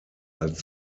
als